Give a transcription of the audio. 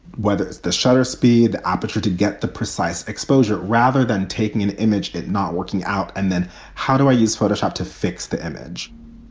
whether the shutter speed aperture to get the precise exposure rather than taking an image, it's not working out. and then how do i use photoshop to fix the image?